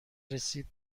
رسید